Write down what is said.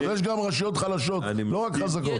יש גם רשויות חלשות ולא רק חזקות.